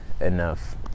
enough